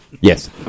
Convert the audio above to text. Yes